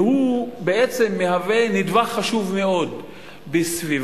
והוא בעצם מהווה נדבך חשוב מאוד בסביבה